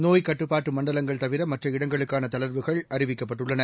நோய்க் கட்டுப்பாட்டு மண்டலங்கள் தவிர மற்ற இடங்களுக்கான தளர்வுகள் அறிவிக்கப்பட்டுள்ளன